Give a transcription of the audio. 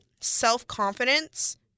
self-confidence